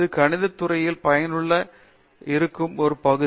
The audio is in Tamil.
பேராசிரியர் அரிந்தமா சிங் இது கணித துறையில் பயனுள்ளதாக இருக்கும் ஒரு பகுதி